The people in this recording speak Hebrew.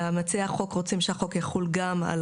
מציעי החוק רוצים שהחוק יחול גם על